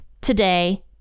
today